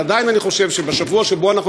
אבל עדיין אני חושב שבשבוע שבו אנחנו